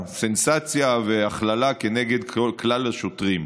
סנסציה והכללה כנגד כלל השוטרים.